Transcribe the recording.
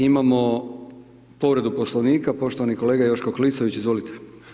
Imamo povredu Poslovnika, poštovani kolega Joško Klisović, izvolite.